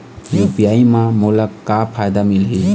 UPI म मोला का फायदा मिलही?